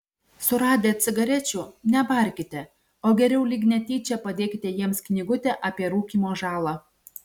suradę cigarečių nebarkite o geriau lyg netyčia padėkite jiems knygutę apie rūkymo žalą